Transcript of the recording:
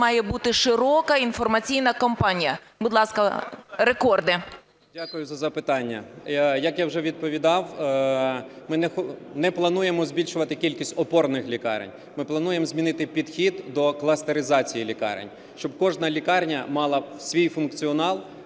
має бути широка інформаційна кампанія. Будь ласка, рекорди. 10:31:03 ЛЯШКО В.К. Дякую за запитання. Як я вже відповідав, ми не плануємо збільшувати кількість опорних лікарень, ми плануємо змінити підхід до кластеризації лікарень, щоб кожна лікарня мала свій функціонал,